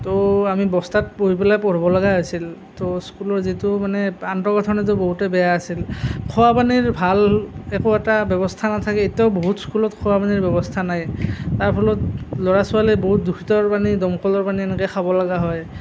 আমি বস্তাত বহি পেলাই পঢ়িব লগা হৈছিল স্কুলৰ যিটো মানে আন্তঃগাঁথনিটো বহুতেই বেয়া আছিল খোৱা পানীৰ ভাল একো এটা ব্যৱস্থা নাথাকে এতিয়াও বহুত স্কুলত খোৱা পানীৰ ব্যৱস্থা নাই তাৰ ফলত ল'ৰা ছোৱালীয়ে বহুত দূষিত পানী দমকলৰ পানী এনেকৈ খাবলগা হয়